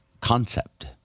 concept